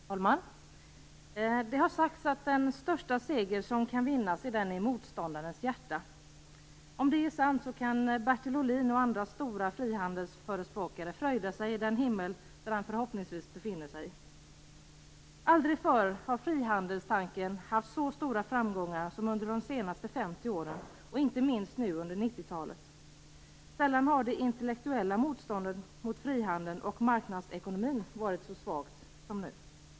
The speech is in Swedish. Herr talman! Det har sagts att den största seger som kan vinnas är den i motståndarens hjärta. Om det är sant kan Bertil Ohlin och andra stora frihandelsförespråkare fröjda sig i den himmel där de förhoppningsvis befinner sig. Aldrig förr har frihandelstanken haft så stora framgångar som under de senaste 50 åren, inte minst nu under 90-talet. Sällan har det intellektuella motståndet mot frihandeln och marknadsekonomin varit så svagt som nu.